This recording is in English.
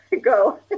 Go